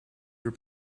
your